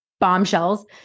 bombshells